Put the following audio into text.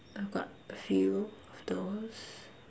I've got a few of those